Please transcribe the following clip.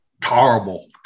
Terrible